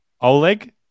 Oleg